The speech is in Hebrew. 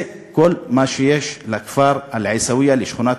זה כל מה שיש לכפר אל-עיסאוויה,